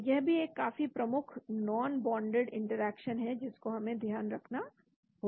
तो यह भी एक काफी प्रमुख नॉनबोंडेड इंटरेक्शन है जिसको हमें ध्यान रखना होता है